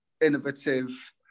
innovative